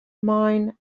mine